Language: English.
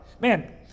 Man